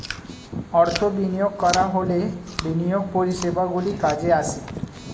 অর্থ বিনিয়োগ করা হলে বিনিয়োগ পরিষেবাগুলি কাজে আসে